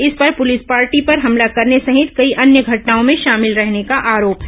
इस पर police party पर हमला करने सहित कई अन्य घटनाओं में शामिल रहने का आरोप है